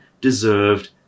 deserved